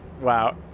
Wow